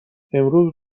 امروز